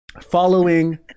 following